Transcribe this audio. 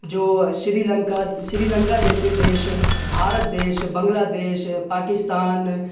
جو شری لنکا شری لنکا جیسے دیش بھارت دیش بنگلہ دیش پاکستان